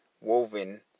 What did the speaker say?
woven